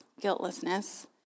guiltlessness